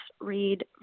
read